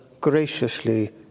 graciously